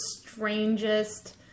strangest